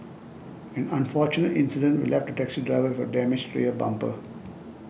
an unfortunate incident will left a taxi driver with a damaged rear bumper